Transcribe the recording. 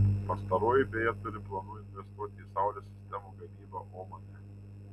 pastaroji beje turi planų investuoti į saulės sistemų gamybą omane